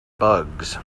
bugs